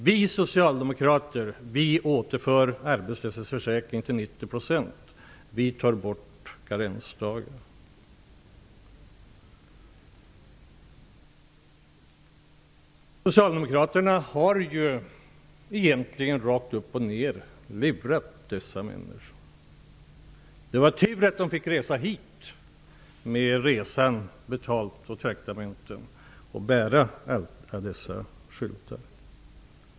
Vi socialdemokrater återför arbetslöshetsförsäkringen till 90 % och vi tar bort karensdagarna, sade man. Socialdemokraterna har egentligen rakt upp och ned lurat människor. Det var tur att demonstranterna fick resan hit betald och traktamente för att bära alla dessa skyltar.